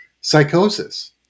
psychosis